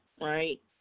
right